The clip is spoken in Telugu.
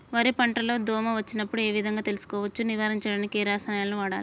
వరి పంట లో దోమ వచ్చినప్పుడు ఏ విధంగా తెలుసుకోవచ్చు? నివారించడానికి ఏ రసాయనాలు వాడాలి?